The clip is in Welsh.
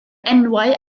enwau